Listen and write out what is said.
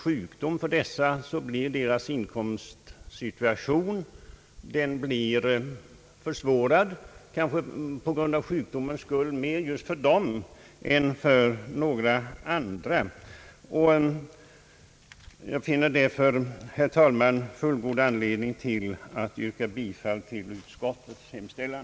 Just för dessa människor blir inkomstsituationen på grund av sjukdomen mer försvårad än den skulle bli för andra människor. Jag finner därför, herr talman, fullgod anledning att yrka bifall till utskottets hemställan.